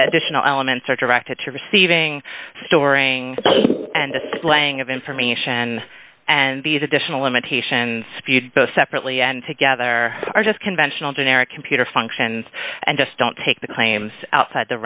additional elements are directed to receiving storing and displaying of information and these additional limitations if you'd both separately and together are just conventional generic computer functions and just don't take the claims outside the